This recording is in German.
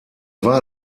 war